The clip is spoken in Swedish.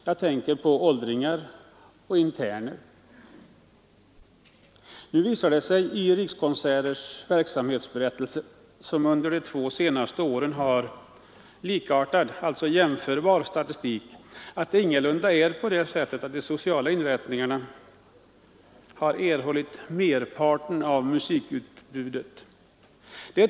Jag tänker då på åldringar och interner. Nu visar det sig i Rikskonserters verksamhetsberättelse, som under de två senaste åren innehåller en jämförbar statistik, att de sociala inrättningarna ingalunda har erhållit merparten av musikutbudet.